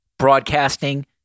broadcasting